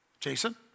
Jason